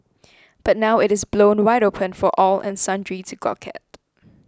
but now it is blown wide open for all and sundry to gawk at